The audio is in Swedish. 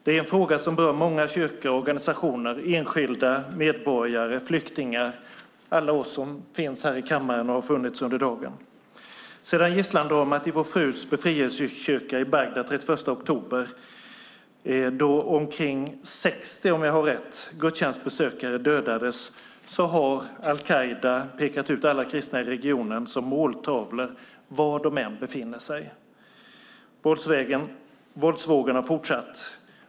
Det är en fråga som berör många kyrkor och organisationer, enskilda medborgare, flyktingar och alla oss som finns här i kammaren. Sedan gisslandramat i Vår frus befrielsekyrka i Bagdad den 31 oktober då omkring 60, om jag har rätt, gudstjänstbesökare dödades har al-Qaida pekat ut alla kristna i regionen som måltavlor var de än befinner sig. Våldsvågen har fortsatt.